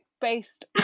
based